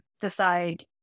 decide